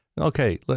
Okay